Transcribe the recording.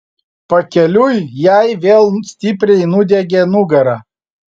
pakeliui jai vėl stipriai nudiegė nugarą